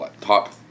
top